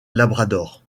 labrador